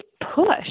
push